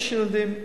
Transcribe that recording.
יש ילדים,